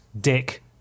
Dick